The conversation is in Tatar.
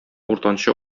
уртанчы